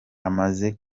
amaze